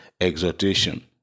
Exhortation